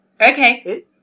Okay